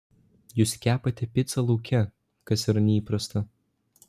jūs kepate picą lauke kas yra neįprasta